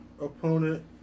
opponent